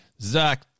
Zach